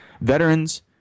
veterans